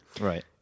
Right